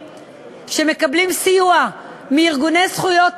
שמקבלים סיוע מארגוני זכויות האדם,